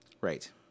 Right